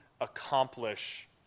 accomplish